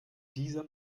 dieser